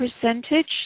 percentage